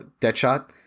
Deadshot